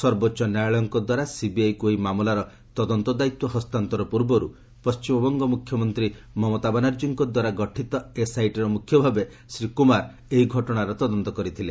ସର୍ବୋଚ୍ଚ ନ୍ୟାୟାଳୟଙ୍କଦ୍ୱାରା ସିବିଆଇକୃ ଏହି ମାମଲାର ତଦନ୍ତ ଦାୟିତ୍ୱ ହସ୍ତାନ୍ତର ପୂର୍ବର୍ ପଶ୍ଚିମବଙ୍ଗ ମ୍ରଖ୍ୟମନ୍ତ୍ରୀ ମମତା ବାନାର୍ଜୀଙ୍କଦ୍ୱାରା ଗଠିତ ଏସ୍ଆଇଟିର ମ୍ରଖ୍ୟ ଭାବେ ଶ୍ରୀ କ୍ରମାର ଏହି ଘଟଣାର ତଦନ୍ତ କରିଥିଲେ